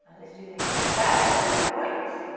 let's do it again, down more at the point,